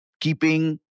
keeping